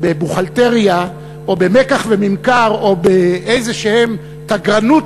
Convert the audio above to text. בבוכהלטריה או במיקח וממכר או באיזו תגרנות